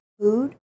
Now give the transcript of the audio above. food